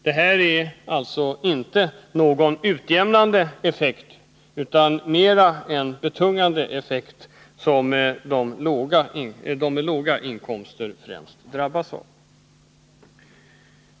Det är alltså inte fråga om någon utjämnande utan mer en betungande effekt, som främst de med låga inkomster drabbas av.